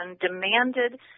demanded